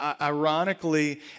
Ironically